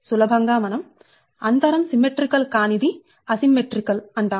సులభం గా మనం అంతరం సిమ్మెట్రీకల్ కానిది అసిమ్మెట్రీకల్asymmetrical అసమాన అంటాము